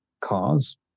cars